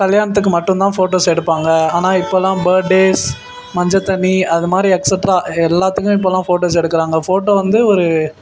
கல்யாணத்துக்கு மட்டும்தான் ஃபோட்டோஸ் எடுப்பாங்க ஆனால் இப்பெல்லாம் பர்டேஸ் மஞ்சள் தண்ணி அதுமாதிரி எக்ஸட்ரா எல்லாத்துக்கும் இப்பெல்லாம் ஃபோட்டோஸ் எடுக்கிறாங்க ஃபோட்டோ வந்து ஒரு